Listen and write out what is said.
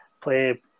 play